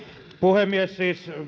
puhemies